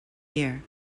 year